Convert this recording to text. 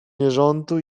nierządu